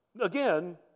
again